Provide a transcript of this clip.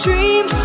dream